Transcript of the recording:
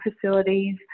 facilities